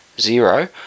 zero